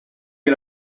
que